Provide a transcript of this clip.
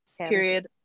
period